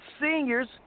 seniors